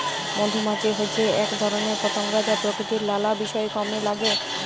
মধুমাছি হচ্যে এক ধরণের পতঙ্গ যা প্রকৃতির লালা বিষয় কামে লাগে